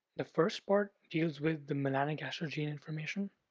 the first part deals with the melanogaster gene information,